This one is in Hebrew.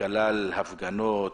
שכלל הפגנות,